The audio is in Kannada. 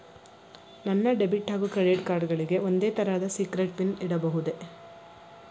ನನ್ನ ಡೆಬಿಟ್ ಹಾಗೂ ಕ್ರೆಡಿಟ್ ಕಾರ್ಡ್ ಗಳಿಗೆ ಒಂದೇ ತರಹದ ಸೀಕ್ರೇಟ್ ಪಿನ್ ಇಡಬಹುದೇ?